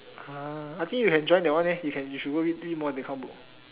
ah I think you can join that one eh you can you should go read more that kind of book